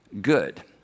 good